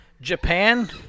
Japan